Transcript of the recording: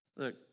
Look